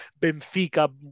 Benfica